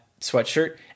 sweatshirt